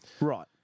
Right